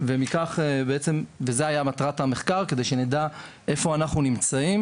זו הייתה מטרת המחקר שנדע איפה אנחנו נמצאים